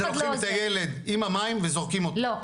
"לוקחים את הילד עם המים וזורקים אותו" -- לא,